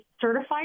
certified